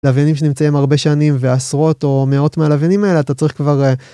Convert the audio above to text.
לווינים שנמצאים הרבה שנים ועשרות או מאות מהלווינים האלה אתה צריך כבר.